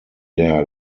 der